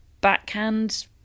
Backhand